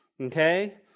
Okay